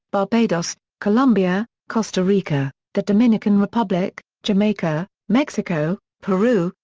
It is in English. barbados, colombia, costa rica, the dominican republic, jamaica, mexico, peru,